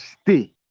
stay